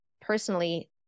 personally